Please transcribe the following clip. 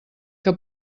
que